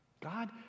God